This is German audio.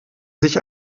sich